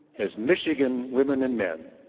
as michigan women and men,